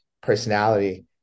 personality